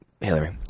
Hillary